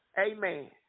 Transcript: Amen